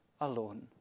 alone